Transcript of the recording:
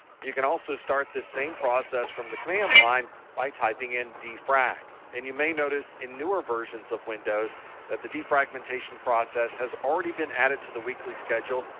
you can also start this same process from the command line by typing in defrag. and you may notice in newer versions of windows that the defragmentation process has already been added to the weekly schedule.